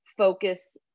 focus